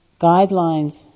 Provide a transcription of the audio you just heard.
guidelines